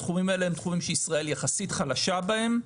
התחומים האלה הם תחומים שישראל יחסית חלשה בהם.